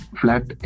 flat